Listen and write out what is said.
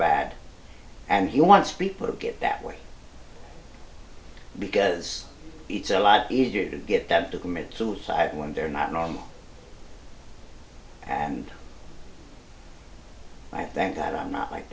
bad and he wants people to get that way because it's a lot easier to get them to commit suicide when they're not normal and i thank god i'm not like